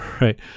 right